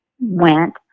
went